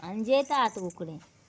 आनी जेयता आतां उकडें